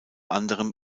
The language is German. anderem